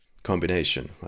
combination